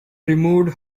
removed